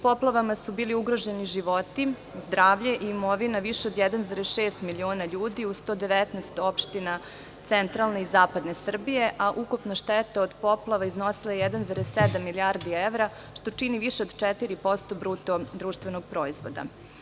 Poplavama su bili ugroženi životi, zdravlje i imovina više od 1,6 miliona ljudi u 119 opština centralne i zapadne Srbije, a ukupna šteta od poplava iznosila je 1,7 milijardi evra, što čini više od 4% bruto društvenog proizvoda.